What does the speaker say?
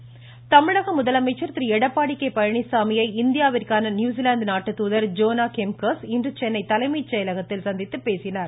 எடப்பாடி முதலமைச்சர் திரு எடப்பாடி கே தமிழக பழனிச்சாமியை இந்தியாவிற்கான நியூசிலாந்து நாட்டு தூதர் ஜோனா கெம்ப்கர்ஸ் இன்று சென்னை தலைமைச் செயலகத்தில் சந்தித்து பேசினார்